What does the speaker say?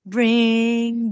Bring